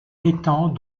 étant